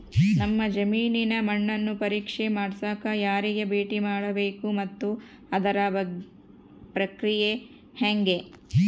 ನಮ್ಮ ಜಮೇನಿನ ಮಣ್ಣನ್ನು ಪರೇಕ್ಷೆ ಮಾಡ್ಸಕ ಯಾರಿಗೆ ಭೇಟಿ ಮಾಡಬೇಕು ಮತ್ತು ಅದರ ಪ್ರಕ್ರಿಯೆ ಹೆಂಗೆ?